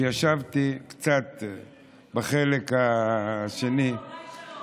התשפ"א 2021, לקריאה ראשונה.